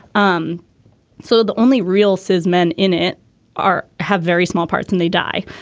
um so the only real says men in it are have very small parts and they die.